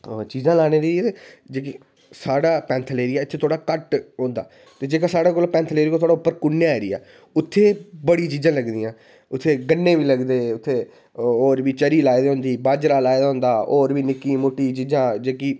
चीज़ां लानै दी ते जेह्की साढ़ा पैंथल एरिया इत्थै केह्ड़ा घट्ट होंदा ते जेह्ड़ा साढ़े कोल पैंथल एरिया ते जेह्का साढ़े कोल कुन एरिया उत्थै बड़ी चीज़ां लगदियां उत्थै गन्ने बी लगदे उत्थै होर भी चरी लाई दी होंदी बाजरा लाए दा होंदा होर बी निक्की मुट्टी चीज़ां जेह्की